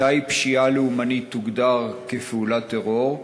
מתי תוגדר פשיעה לאומנית פעולת טרור?